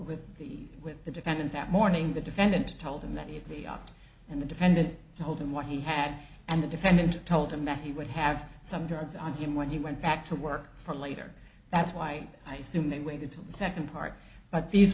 with the with the defendant that morning the defendant told him that he'd be offered and the defendant told him what he had and the defendant told him that he would have some drugs on him when he went back to work for later that's why i soon waited till the second part but these